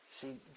See